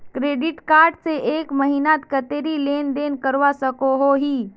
Credit card से एक महीनात कतेरी लेन देन करवा सकोहो ही?